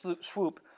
swoop